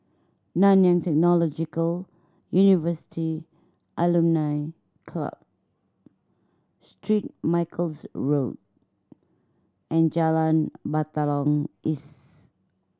Nanyang Technological University Alumni Club Street Michael's Road and Jalan Batalong East